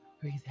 breathe